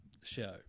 show